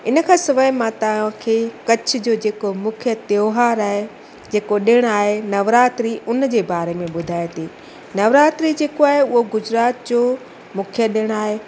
हिन खां सवाइ मां तव्हांखे कच्छ जो जे को मुख्यु त्योहार आहे जे को ॾिणु आहे नवरात्रि हुनजे बारे में ॿुधायां थी नवरात्रि जे को आहे उहो गुजरात जो मुख्यु ॾिणु आहे